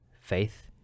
faith